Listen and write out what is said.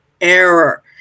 error